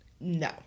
no